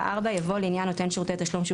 (4) יבוא: "(4א) לעניין נותן שירותי תשלום שהוא